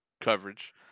coverage